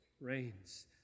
reigns